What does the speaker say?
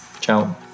Ciao